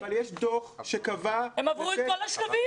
הם עברו את כל השלבים.